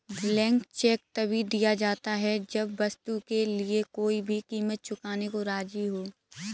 blank cheque तभी दिया जाता है जब वस्तु के लिए कोई भी कीमत चुकाने को राज़ी हो